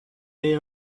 they